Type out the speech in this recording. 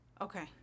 Okay